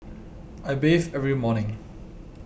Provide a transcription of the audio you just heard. I bathe every morning